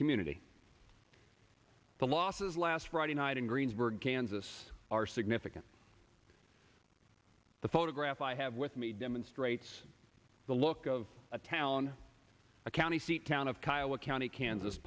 community the losses last friday night in greensburg kansas are significant the photograph i have with me demonstrates the look of a town a county seat town of kyle a county kansas